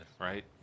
right